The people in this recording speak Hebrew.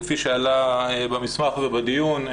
כפי שעלה במסמך ובדיון,